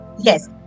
Yes